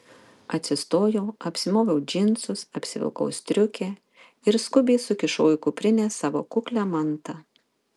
atsistojau apsimoviau džinsus apsivilkau striukę ir skubiai sukišau į kuprinę savo kuklią mantą